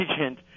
agent